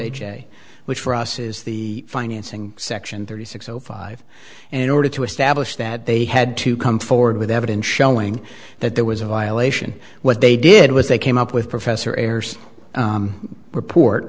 a which for us is the financing section thirty six zero five and in order to establish that they had to come forward with evidence showing that there was a violation what they did was they came up with professor ayres report